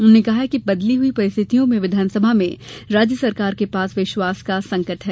उन्होंने कहा है कि बदली हुई परिस्थितियों में विधानसभा में राज्य सरकार के पास विश्वास का संकट है